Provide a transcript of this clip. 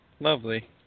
Lovely